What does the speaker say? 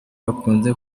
hakunze